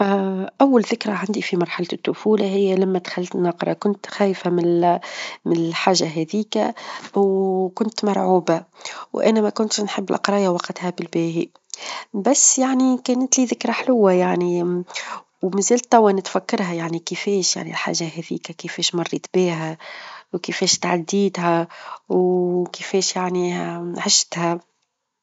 أ أول ذكرى عندي في مرحلة الطفولة هي لما دخلت نقرا كنت خايفة -من- من الحاجة هاذيكا، وكنت مرعوبة، وأنا ما كنتش نحب القراية وقتها بالباهي، بس يعني كانت لي ذكرى حلوة يعني ومازلت توا نتفكرها يعني كيفاش يعني الحاجة هذيكا، كيفاش مريت بيها، وكيفاش تعديتها، وكيفاش يعني عشتها.